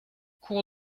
cour